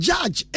Judge